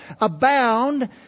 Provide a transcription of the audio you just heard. abound